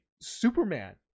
Superman